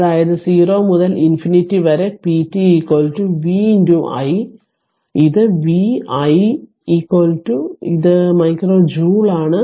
അതായത് 0 മുതൽ ഇൻഫിനിറ്റി വരെ p t v i ഇത് v i ഇത് മൈക്രോ ജൂൾ ആണ്